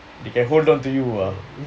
you can hold on to you ah